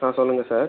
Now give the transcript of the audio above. ஆ சொல்லுங்கள் சார்